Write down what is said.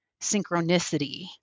synchronicity